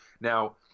Now